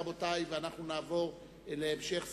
רבותי, אנחנו נעבור להמשך סדר-היום.